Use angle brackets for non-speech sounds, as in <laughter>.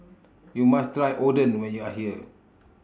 <noise> YOU must Try Oden when YOU Are here